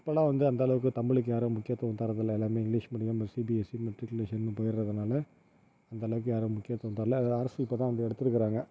இப்போலாம் வந்து அந்த அளவுக்கு தமிழுக்கு யாரும் முக்கியத்துவம் தரதில்லை எல்லாமே இங்கிலிஷ் மீடியம் சிபிஎஸ்சி மெட்ரிகுலேஷன்னு போயிடறதுனால அந்த அளவுக்கு யாரும் முக்கியத்துவம் தரலை அரசு இப்போதான் வந்து எடுத்திருக்கறாங்க